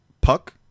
Puck